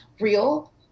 real